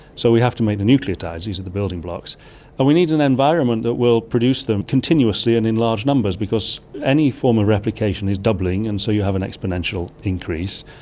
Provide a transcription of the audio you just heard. so we have to make the nucleotides, these are the building blocks, and we need an environment that will produce them continuously and in large numbers because any form of replication is doubling, and so you have an exponential increase.